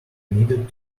needed